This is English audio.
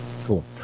cool